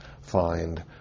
find